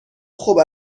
خوب